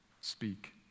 speak